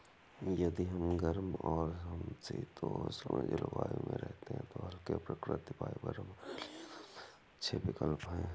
यदि हम गर्म और समशीतोष्ण जलवायु में रहते हैं तो हल्के, प्राकृतिक फाइबर हमारे लिए सबसे अच्छे विकल्प हैं